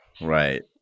right